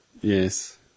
Yes